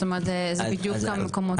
זאת אומרת, זה בדיוק המקומות.